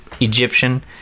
Egyptian